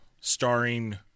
starring